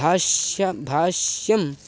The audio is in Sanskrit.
भाष्यं भाष्यम्